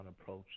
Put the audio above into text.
approach